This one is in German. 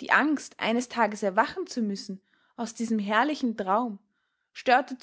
die angst eines tages erwachen zu müssen aus diesem herrlichen traum störte